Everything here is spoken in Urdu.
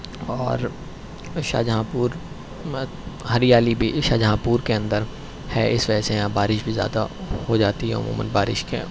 اور شاہجہاں پور میں ہریالی بھی شاہجہاں پور کے اندر ہے اس وجہ سے یہاں بارش بھی زیادہ ہو جاتی ہے عموماََ بارش کے